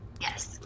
Yes